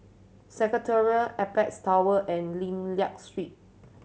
Secretariat Apex Tower and Lim Liak Street